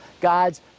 God's